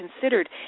considered